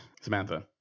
samantha